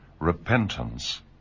repentance